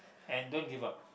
and don't give up